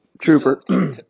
Trooper